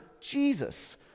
Jesus